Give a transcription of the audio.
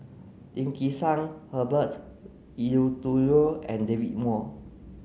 Lim Kim San Herbert Eleuterio and David Wong